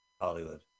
Hollywood